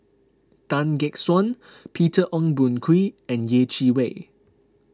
Tan Gek Suan Peter Ong Boon Kwee and Yeh Chi Wei